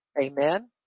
Amen